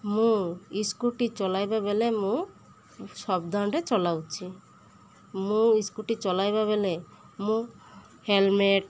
ମୁଁ ସ୍କୁଟି ଚଳାଇବା ବେଳେ ମୁଁ ସାବଧାନରେ ଚଳାଉଛି ମୁଁ ସ୍କୁଟି ଚଳାଇବା ବେଳେ ମୁଁ ହେଲମେଟ୍